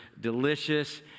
delicious